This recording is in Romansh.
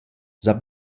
s’ha